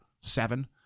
seven